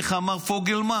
איך אמר פוגלמן?